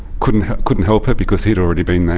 couldn't help couldn't help her because he'd already been there,